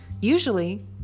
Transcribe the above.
usually